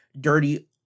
dirty